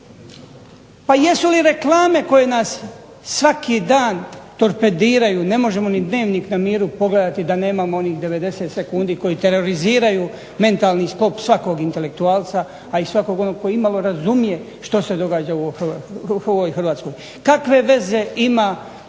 Pa jesu li reklame koje nas svaki dan topediraju, ne možemo ni Dnevnik na miru pogledati da nemamo onih 90 sekundi koji teroriziraju mentalni sklop svakog intelektualca a i svakog onog koji imalo razumije što se događa u ovoj Hrvatskoj. Kakve veze ima ona